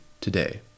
today